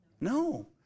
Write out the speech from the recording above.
No